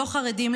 לא חרדים,